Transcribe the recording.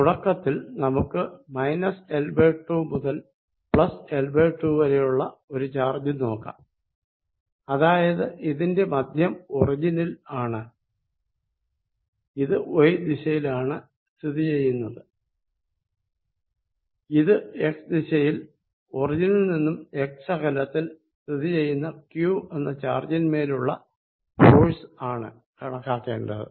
തുടക്കത്തിൽ നമുക്ക് L2 മുതൽ L2 വരെ യുള്ള ഒരു ചാർജ് നോക്കാം അതായത് ഇതിന്റെ മദ്ധ്യം ഒറിജിനിൽ ആണ് ഇത് Y ദിശയിൽ ആണ് ഇത് X ദിശയിൽ ഒറിജിനിൽ നിന്നും x അകലത്തിൽ സ്ഥിതി ചെയ്യുന്ന q എന്ന ചാർജിൻമേലുള്ള ഫോഴ്സ് ആണ് കണക്കാക്കേണ്ടത്